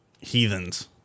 heathens